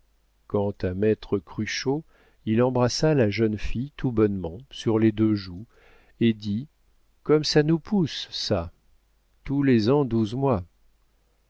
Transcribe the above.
quant à maître cruchot il embrassa la jeune fille tout bonnement sur les deux joues et dit comme ça nous pousse ça tous les ans douze mois